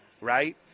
right